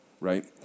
Right